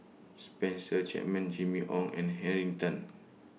Spencer Chapman Jimmy Ong and Henn Tan